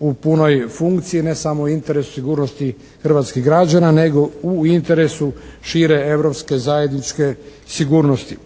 u punoj funkciji, ne samo u interesu sigurnosti hrvatskih građana, nego u interesu šire europske zajedničke sigurnosti.